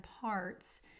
parts